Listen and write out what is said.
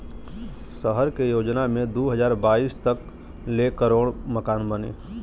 सहर के योजना मे दू हज़ार बाईस तक ले करोड़ मकान बनी